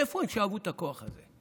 מאיפה הם שאבו את הכוח הזה?